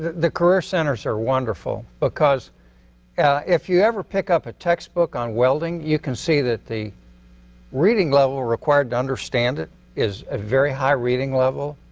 the career centers are wonderful. because if you ever pick up a textbook on welding, you can see the reading level required to understand it is a very high reading level.